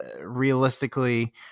Realistically